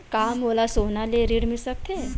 का मोला सोना ले ऋण मिल सकथे?